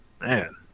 Man